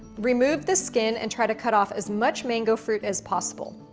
remove the skin and try to cut off as much mango fruit as possible.